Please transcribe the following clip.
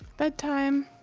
bedtime!